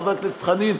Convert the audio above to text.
חבר הכנסת חנין,